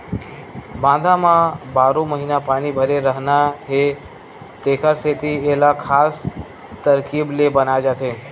बांधा म बारो महिना पानी भरे रहना हे तेखर सेती एला खास तरकीब ले बनाए जाथे